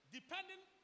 Depending